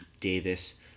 Davis